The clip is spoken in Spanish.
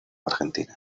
argentina